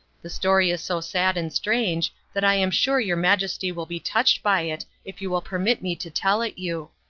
the story is so sad and strange that i am sure your majesty will be touched by it if you will permit me to tell it you.